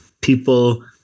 people